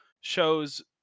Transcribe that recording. shows